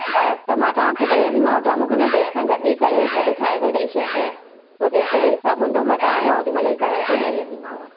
हा त मां तव्हांखे ॾेई वेंदीमांव तव्हां मूंखे हुन ड्रैस सां गॾी करे गॾु ठाहे करे ॾेई छॾजो पोइ जेको बि हिसाबु हूंदो मां तव्हां खां होॾी महिल ई कराए करे ॾेई वेंदीमांव